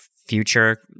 future